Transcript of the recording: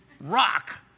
rock